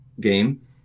game